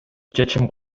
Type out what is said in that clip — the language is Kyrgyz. чечим